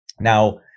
Now